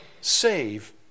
save